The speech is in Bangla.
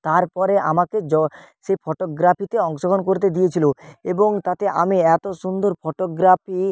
তারপরে আমাকে সেই ফটোগ্রাফিতে অংশগ্রহণ করতে দিয়েছিল এবং তাতে আমি এতো সুন্দর ফটোগ্রাফি